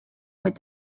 with